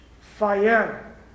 fire